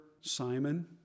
Simon